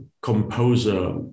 composer